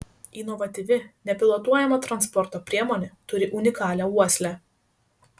inovatyvi nepilotuojama transporto priemonė turi unikalią uoslę